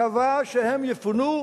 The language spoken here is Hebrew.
קבע שהם יפונו.